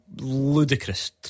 ludicrous